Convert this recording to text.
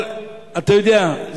אבל אתה יודע,